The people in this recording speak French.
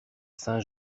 saint